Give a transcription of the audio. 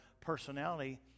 personality